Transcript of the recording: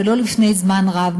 ולא לפני זמן רב,